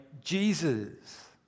Jesus